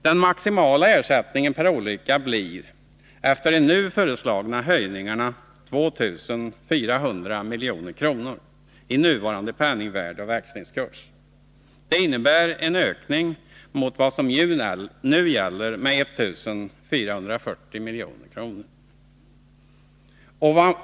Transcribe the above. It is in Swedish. Den maximala ersättningen per olycka blir efter de nu föreslagna höjningarna 2400 milj.kr. i nuvarande penningvärde och växlingskurs. Det innebär en ökning i förhållande till vad som nu gäller med 1440 milj.kr.